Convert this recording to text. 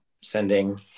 sending